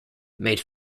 made